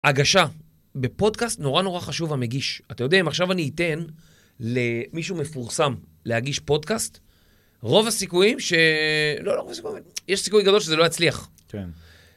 הגשה. בפודקאסט נורא נורא חשוב המגיש. אתה יודע, אם עכשיו אני אתן למישהו מפורסם להגיש פודקאסט, רוב הסיכויים ש... לא, לא, יש סיכוי גדול שזה לא יצליח. כן.